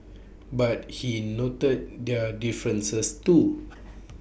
but he noted their differences too